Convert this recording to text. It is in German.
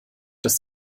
dass